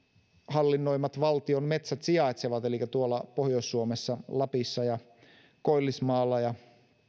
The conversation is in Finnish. hallinnoimat valtion metsät sijaitsevat elikkä tuolla pohjois suomessa lapissa ja koillismaalla ja